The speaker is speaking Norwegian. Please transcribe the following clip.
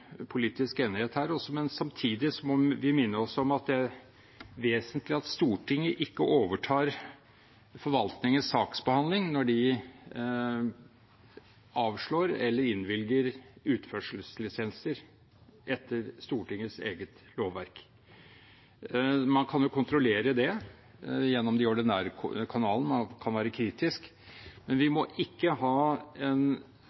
politisk enighet her også, men samtidig må vi minne oss om at det er vesentlig at Stortinget ikke overtar forvaltningens saksbehandling når de avslår eller innvilger utførselslisenser etter Stortingets eget lovverk. Man kan jo kontrollere det gjennom de ordinære kanalene, man kan være kritisk, men vi må ikke ha en